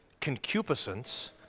concupiscence